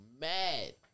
mad